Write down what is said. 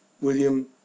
William